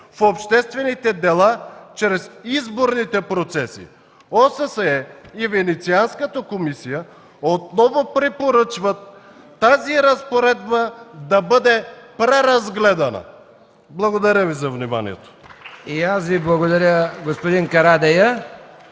в обществените дела чрез изборните процеси. ОССЕ и Венецианската комисия отново препоръчват тази разпоредба да бъде преразгледана. Благодаря Ви за вниманието.